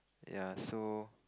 ya so